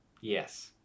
Yes